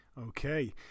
Okay